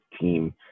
team